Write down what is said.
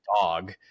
dog